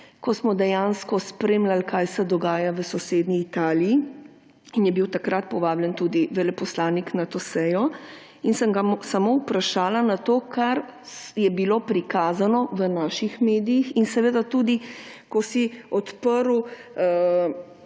ko smo dejansko spremljali, kaj se dogaja v sosednji Italiji, in je bil takrat povabljen tudi veleposlanik na to sejo in sem ga samo vprašala na to, kar je bilo prikazano v naših medijih. Tudi, ko si odprl